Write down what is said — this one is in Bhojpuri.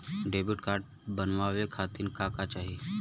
डेबिट कार्ड बनवावे खातिर का का चाही?